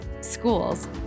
schools